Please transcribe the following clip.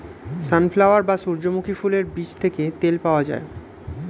sunflower বা সূর্যমুখী ফুলের বীজ থেকে তেল পাওয়া যায়